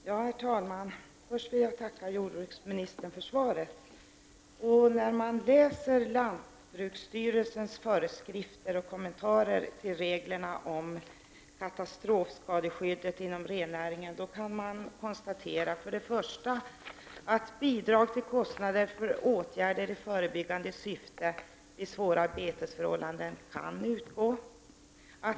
Herr talman! Först vill jag tacka jordbruksministern för svaret. När man läser lantbruksstyrelsens föreskrifter och kommentarer till reglerna om katastrofskadeskyddet inom rennäringen, kan man konstatera följande: Bidrag till kostnader för åtgärder i förebyggande syfte vid svåra betesförhållanden kan utgå.